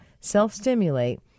self-stimulate